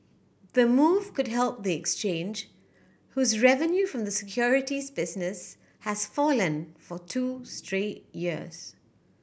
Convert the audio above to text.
the move could help the exchange whose revenue from the securities business has fallen for two straight years